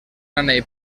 anell